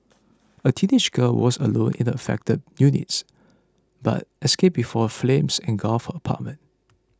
a teenage girl was alone in the affected unit but escaped before flames engulfed her apartment